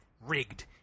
rigged